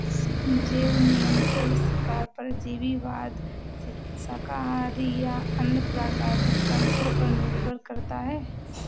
जैव नियंत्रण शिकार परजीवीवाद शाकाहारी या अन्य प्राकृतिक तंत्रों पर निर्भर करता है